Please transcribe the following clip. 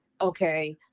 Okay